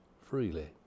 freely